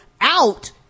out